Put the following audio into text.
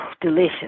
delicious